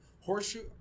horseshoe